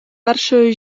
першою